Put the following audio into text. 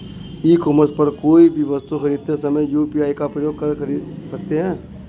ई commerce पर कोई भी वस्तु खरीदते समय यू.पी.आई का प्रयोग कर खरीद सकते हैं